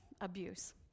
abuse